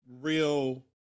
real